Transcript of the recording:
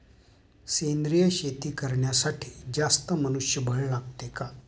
सेंद्रिय शेती करण्यासाठी जास्त मनुष्यबळ लागते का?